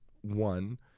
one